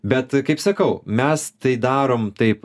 bet kaip sakau mes tai darom taip